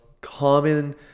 common